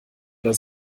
oder